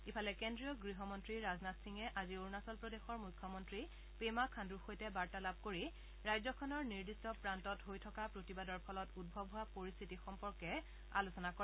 ইফালে কেজ্ৰীয় গৃহ মন্ত্ৰী ৰাজনাথ সিঙে আজি অৰুণাচল প্ৰদেশৰ মূখ্যমন্ত্ৰী পেমা খাণ্ডৰ সৈতে বাৰ্তালাপ কৰি ৰাজ্যখনৰ নিৰ্দিষ্ট প্ৰান্তত হৈ থকা প্ৰতিবাদৰ ফলত উদ্ভৱ হোৱা পৰিশ্বিতিৰ সম্পৰ্কে আলোচনা কৰে